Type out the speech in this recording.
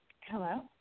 Hello